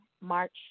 March